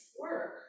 work